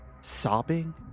sobbing